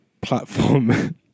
platform